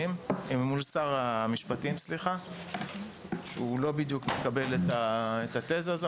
המשפטים שהוא לא בדיוק מקבל את התזה הזו.